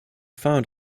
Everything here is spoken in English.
found